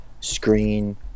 screen